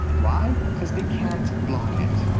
why? because they can't block it.